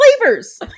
flavors